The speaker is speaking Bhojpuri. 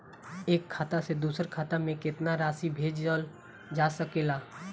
एक खाता से दूसर खाता में केतना राशि भेजल जा सके ला?